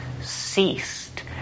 ceased